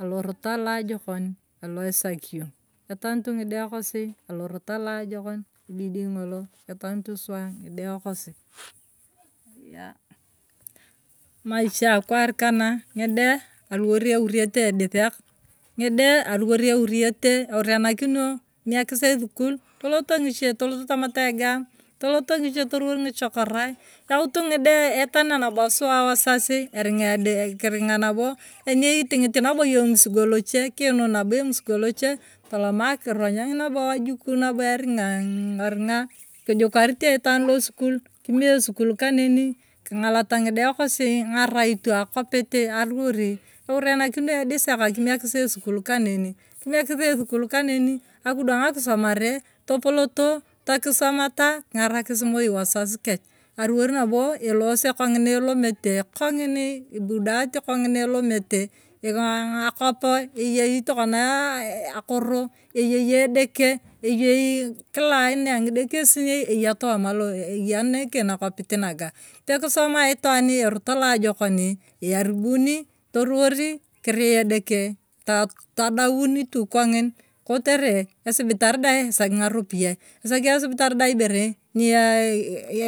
Aloroto aloajokom aloisakiiyong' etanutu ng'idae kosi alorot aloajokon ebidii ng'oloo etanoto sowaa ng'idaee kosii iiyaa, emaisha akwaar kanae ng'idae aluwor ewuriyeete edisiak ndi'iade aluwor ewuyete ewurenakinio kimekisii esukuluu toloto ngichee tomataa egaamuu toloto ng'iche toruwor ng'chokorae wautuu ng'idae etanaa rabo suwaa wazazii ering'aa edi keiring'aa raboo aniiting'it nabo yong emisigo lochee kinun nabo emusigo loche tolomaa akiroong' nabi wajukuu nabo eringaa eringa kijukaritee itwaan losokul kimee eskul kanenii king'alataa ng'idae kosi ng'araitoo a kwaapiti aruwori twurerkinio edisiak kimekisi esukul kanenii kimekisii esokul kaneni akidwang' akisomaree topolotoo ta kisomataa king'arakisi moi ka wazazi kech aruyor naboo eloose kong'iini elomose kong'iini ipudatee konginii elometee ingaa akwaapu eyei tokonaa akoroo eyei edekee eyeii kila aina ang'idekasinai eyeitomaa loo eyee nekee nakopitii nakaa pekisemaa itwan erot aloojokon eyarubuni turuworii kiria edekee todowiin tu kong'iin kiteree esibitar dae esakai ng'airopiyae esakii esibitar dae iboree nia